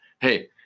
hey